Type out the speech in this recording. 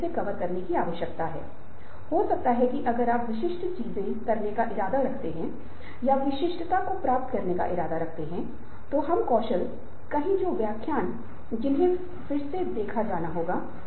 यहां यह दूसरे व्यक्ति को प्रतीकात्मक संदेश देता है यह बताता है कि जर्जर कार्य मुझसे अपेक्षित नहीं है जो काम मुझे करना चाहिए उसमें उत्कृष्टता और पूर्णता की मुहर होनी चाहिए और जब मूर्तिकार प्रतिमा बना रहा था तो वह इसे करने के लिए कड़ी मेहनत कर रहा था और वह प्रतिमा के पूरा होने तक नौकरी निलंबित नहीं कर रहा था या दूसरों के साथ सामाजिकता कर रहा था